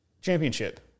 championship